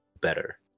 better